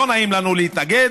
לא נעים לנו להתנגד,